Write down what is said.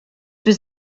was